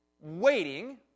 waiting